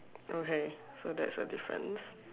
okay so that's a difference